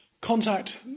Contact